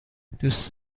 دوست